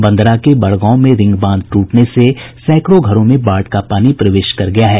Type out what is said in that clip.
बंदरा के बड़गांव में रिंग बांध टूटने से सैकड़ों घरों में बाढ़ का पानी प्रवेश कर गया है